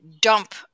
dump